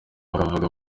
bakavuga